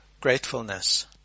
gratefulness